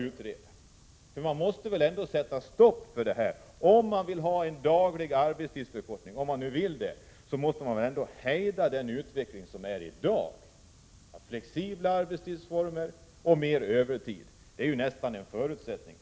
Om man nu vill ha en daglig arbetstidsförkortning, så måste man hejda den utveckling som pågår i dag — flexibla arbetstidsformer och mer övertid. Det är ju nästan en förutsättning.